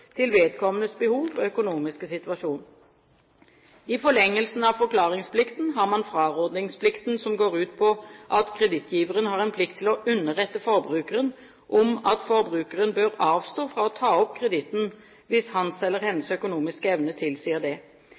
til vedkommendes behov og økonomiske situasjon. I forlengelsen av forklaringsplikten har man frarådingsplikten, som går ut på at kredittgiveren har en plikt til å underrette forbrukeren om at forbrukeren bør avstå fra å ta opp kreditten hvis hans eller hennes økonomiske evne tilsier det.